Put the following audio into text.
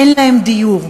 אין להם דיור.